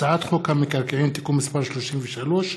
הצעת חוק המקרקעין (תיקון מס' 33),